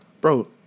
Bro